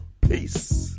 Peace